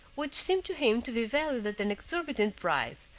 which seemed to him to be valued at an exorbitant price,